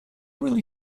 really